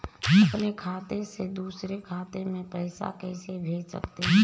अपने खाते से दूसरे खाते में पैसे कैसे भेज सकते हैं?